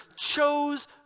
chose